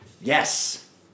Yes